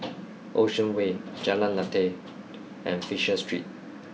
Ocean Way Jalan Lateh and Fisher Street